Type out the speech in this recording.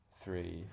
three